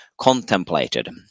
contemplated